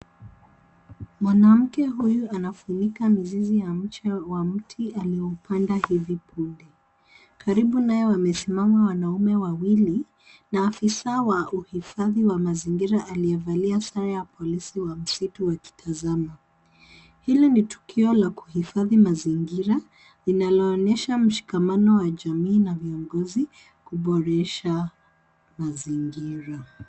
Mwanamke huyu anafunika mizizi wa mche wa mti alioupanda hivi punde. Karibu naye wamesimama wanaume wawili, na afisa wa uhifadhi wa mazingira aliyevalia sare ya polisi wa msitu wakitazama. Hili ni tukio la kuhifadhi mazingira linaloonyesha mshikamano wa jamii na viongozi kuboresha mazingira.